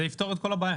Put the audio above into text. זה יפתור את כל הבעיה.